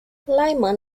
lyman